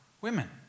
women